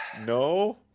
no